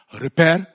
Repair